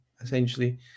essentially